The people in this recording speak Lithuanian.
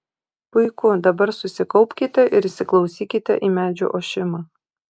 puiku dabar susikaupkite ir įsiklausykite į medžių ošimą